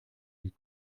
die